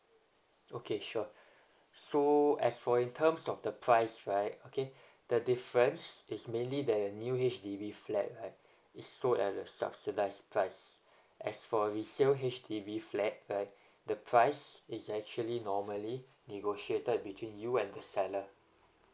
okay sure so as for in terms of the price right okay the difference it's mainly that a new H_D_B flat right it's sold at the subsidised price as for resale H_D_B flat right the price is actually normally negotiated between you and the seller